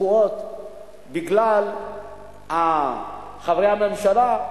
תקועות בגלל חברי הממשלה.